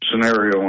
scenario